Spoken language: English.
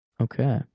Okay